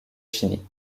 chiny